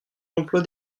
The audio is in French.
l’emploi